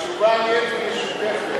התשובה "נייט" היא משותפת,